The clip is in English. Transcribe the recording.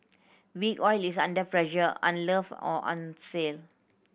Big Oil is under pressure unloved or on sale